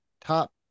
Top